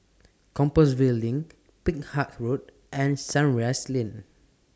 Compassvale LINK Peck Heart Road and Sunrise Lane